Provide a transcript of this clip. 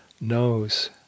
knows